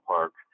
Park